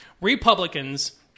Republicans